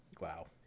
Wow